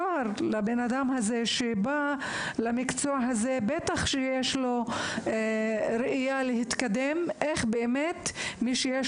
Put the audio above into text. צוהר לבן אדם שבא למקצוע של עוזר רופא להתקדם ולהיות